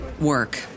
work